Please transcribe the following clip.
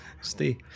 stay